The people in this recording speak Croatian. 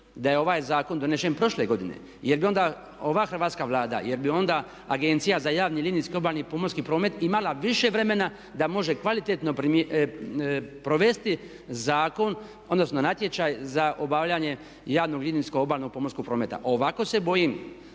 da je ovaj zakon donesen prošle godine jer bi onda ova Hrvatska Vlada, jer bi onda Agencija za javni linijski obalni, pomorski promet imala više vremena da može kvalitetno provesti zakon odnosno natječaj za obavljanje javnog linijskog obalnog pomorskog prometa. Ovako se bojim